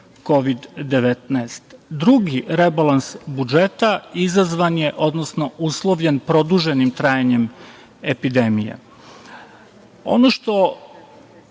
Kovid-19. Drugi rebalans budžeta izazvan je, odnosno uslovljen produženim trajanjem epidemije. Ono što